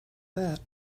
that